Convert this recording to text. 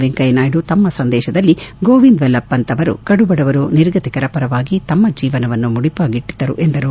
ವೆಂಕಯ್ಯನಾಯ್ದು ತಮ್ಮ ಸಂದೇತದಲ್ಲಿ ಗೋವಿಂದ್ ವಲ್ಲಭ್ ಪಂತ್ ಅವರು ಕಡುಬಡವರು ನಿರ್ಗತಿಕರ ಪರವಾಗಿ ತಮ್ಮ ಜೀವನವನ್ನು ಮುಡಿಪಾಗಿಟ್ಟಿದ್ದರು ಎಂದರು